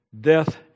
Death